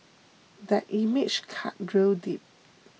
that image cut real deep